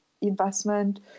investment